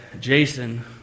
Jason